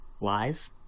live